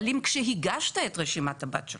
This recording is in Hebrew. בוודאי, אבל אם כשהגשת את רשימת הבת שלך,